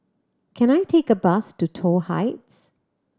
can I take a bus to Toh Heights